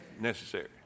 necessary